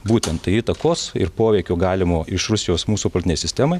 būtent tai įtakos ir poveikio galimo iš rusijos mūsų partinei sistemai